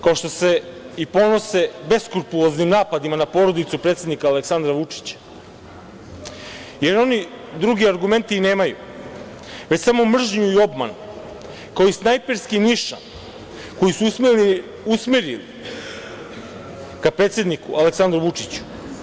Kao što se i ponose beskrupuloznim napadima na porodicu predsednika Aleksandra Vučića, jer oni drugi argumenti i nemaju, već samo mržnju i obmane, kao i snajperski nišan koji su usmerili ka predsedniku Aleksandru Vučiću.